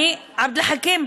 אני, עבד אל חכים,